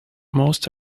most